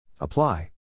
Apply